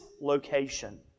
location